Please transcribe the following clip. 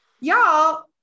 Y'all